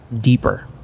deeper